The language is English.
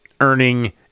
earning